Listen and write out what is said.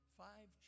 five